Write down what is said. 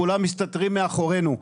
כולם מסתתרים מאחורינו,